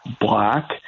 black